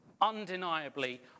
undeniably